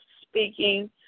speaking